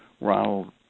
Ronald